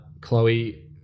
Chloe